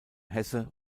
hesse